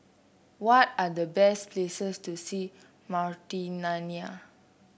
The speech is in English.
what are the best places to see Mauritania